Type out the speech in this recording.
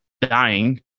dying